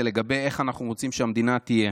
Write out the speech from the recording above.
לגבי איך אנחנו רוצים שהמדינה תהיה.